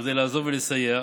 כדי לעזור ולסייע,